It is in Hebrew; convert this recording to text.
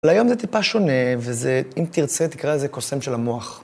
ליום זה טיפה שונה, וזה, אם תרצה, תקראי לזה קוסם של המוח.